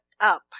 up